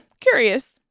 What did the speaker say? Curious